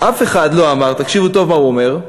אף אחד לא אמר" תקשיבו טוב, מה הוא אומר,